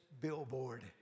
billboard